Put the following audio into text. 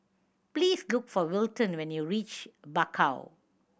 please look for Wilton when you reach Bakau